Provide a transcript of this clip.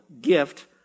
gift